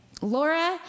Laura